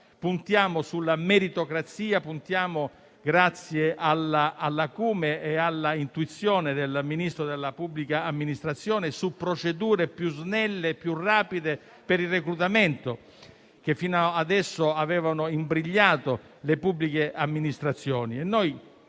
Puntiamo sulla meritocrazia e grazie all'acume e all'intuizione del Ministro per la pubblica amministrazione, puntiamo su procedure più snelle e più rapide per il reclutamento, che fino ad ora avevano imbrigliato le pubbliche amministrazioni.